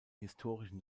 historischen